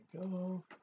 go